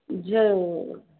ज़रूरु